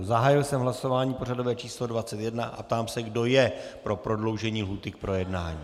Zahájil jsem hlasování pořadové číslo 21 a ptám se, kdo je pro prodloužení lhůty k projednání.